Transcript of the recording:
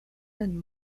and